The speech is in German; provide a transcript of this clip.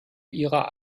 ihrer